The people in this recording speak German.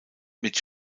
mit